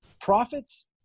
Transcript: profits